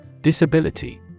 Disability